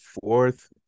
fourth